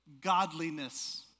godliness